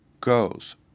goes